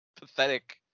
pathetic